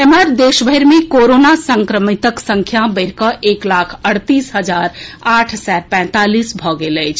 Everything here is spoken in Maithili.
एम्हर देशभरि मे कोरोना संक्रमितक संख्या बढ़ि कऽ एक लाख अड़तीस हजार आठ सय पैंतालीस भऽ गेल अछि